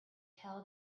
tell